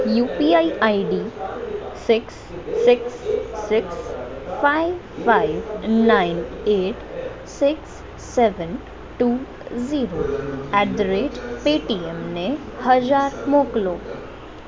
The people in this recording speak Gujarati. UPI ID six six six five five nine eight six seven two zero at the rate પેટીએમને હજાર મોકલો